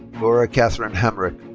laura katherine hamaric.